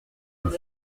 dix